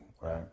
right